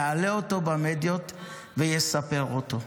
יעלה אותו במדיות ויספר אותו.